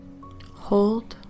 hold